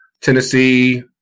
Tennessee